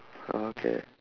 oh okay